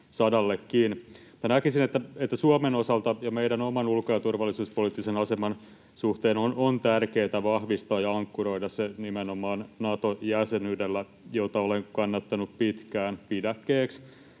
Näkisin, että Suomen osalta ja meidän oman ulko- ja turvallisuuspoliittisen aseman suhteen on tärkeätä vahvistaa ja ankkuroida se nimenomaan Nato-jäsenyydellä, jota olen kannattanut pitkään pidäkkeeksi